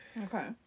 Okay